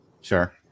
Sure